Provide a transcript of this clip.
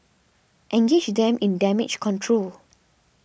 engage them in damage control